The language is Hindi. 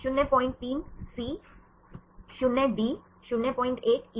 03 सी 0 डी 01 इ